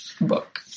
book